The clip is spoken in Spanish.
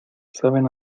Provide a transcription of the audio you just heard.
saben